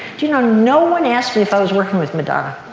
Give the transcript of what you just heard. do you know no one asked me if i was working with madonna.